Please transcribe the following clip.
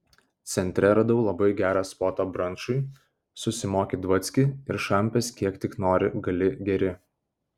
centre radau labai gerą spotą brančui susimoki dvackį ir šampės kiek tik nori gali geri